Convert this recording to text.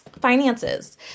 finances